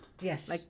Yes